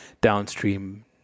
downstream